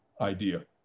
idea